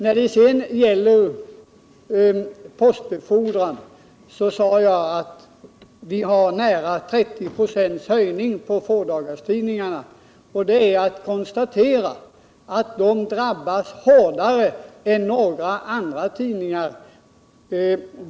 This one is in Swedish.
När det sedan gäller postbefordran sade jag att det blir nära 30 96 höjning för fådagarstidningarna, och man kan konstatera att de drabbas hårdare än några andra tidningar.